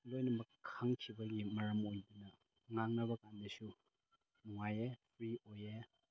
ꯂꯣꯏꯅꯃꯛ ꯈꯪꯈꯤꯕꯒꯤ ꯃꯔꯝ ꯑꯣꯏꯕꯅ ꯉꯥꯡꯅꯕ ꯀꯥꯟꯗꯁꯨ ꯅꯨꯡꯉꯥꯏꯌꯦ ꯐ꯭ꯔꯤ ꯑꯣꯏꯌꯦ